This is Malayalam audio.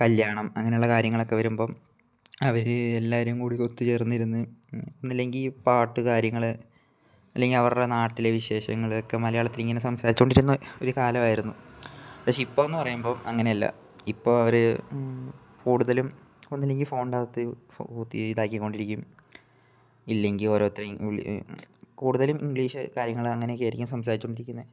കല്യാണം അങ്ങനെ ഉള്ള കാര്യങ്ങൾ ഒക്കെ വരുമ്പം അവർ എല്ലാവരും കൂടി ഒത്ത് ചേർന്നിരുന്ന് ഒന്നില്ലെങ്കിൽ പാട്ട് കാര്യങ്ങൾ അല്ലെങ്കിൽ അവരുടെ നാട്ടിലെ വിശേഷങ്ങൾ ഒക്കെ മലയാളത്തിൽ ഇങ്ങനെ സംസാരിച്ചോണ്ടിരുന്ന ഒരു കാലമായിരുന്നു പക്ഷേ ഇപ്പം എന്ന് പറയുമ്പോൾ അങ്ങനെ അല്ല ഇപ്പോൾ അവർ കൂടുതലും ഒന്നില്ലങ്കിൽ ഫോൺറ്റാത്ത് കുത്തി ഇതാക്കി കൊണ്ടിരിക്കും ഇല്ലെങ്കിൽ ഓരോത്തരി ഉള്ളി കൂടുതലും ഇങ്ക്ലീഷ് കാര്യങ്ങൾ അങ്ങനൊക്കെ ആയിരിക്കും സംസാരിച്ചോണ്ടിരിക്കുന്നത്